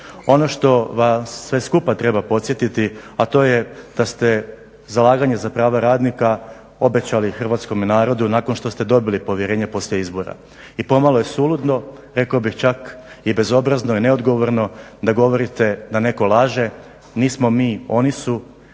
Ono što vas sve skupa treba podsjetiti, a to je da ste zalaganje za prava radnika obećali hrvatskome narodu nakon što ste dobili povjerenje poslije izbora. I pomalo je suludo, rekao bih čak i bezobrazno i neodgovorno da govorite da netko laže. Nismo mi, oni su,